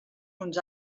uns